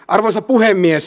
arvoisa puhemies